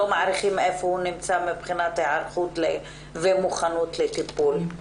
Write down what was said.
מעריכים איפה הוא נמצא מבחינת מוכנות לטיפול?